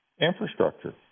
infrastructure